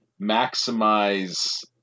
maximize